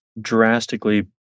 drastically